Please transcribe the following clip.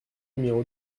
numéro